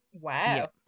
wow